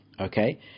Okay